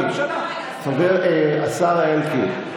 השר אלקין,